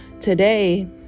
today